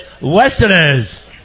Westerners